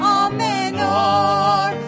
amenor